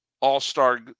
all-star